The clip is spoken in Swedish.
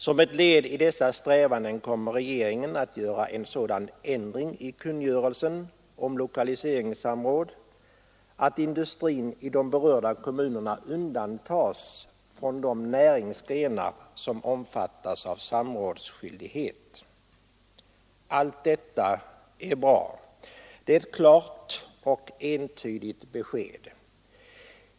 Som ett led i dessa strävanden kommer regeringen att göra en sådan ändring i kungörelsen om lokaliseringssamråd att industrin i de berörda kommunerna undantas från de näringsgrenar som omfattas av samrådsskyldighet. Allt detta är bra. Det är ett klart och entydigt besked.